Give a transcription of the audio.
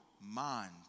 mind